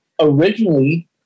originally